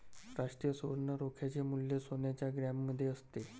राष्ट्रीय सुवर्ण रोख्याचे मूल्य सोन्याच्या ग्रॅममध्ये असते